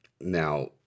Now